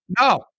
No